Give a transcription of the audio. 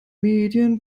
medien